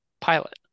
pilot